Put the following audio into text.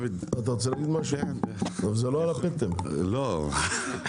קודם כל,